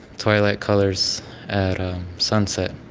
twilight colors at sunset.